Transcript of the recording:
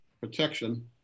protection